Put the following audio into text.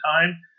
time